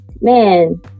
Man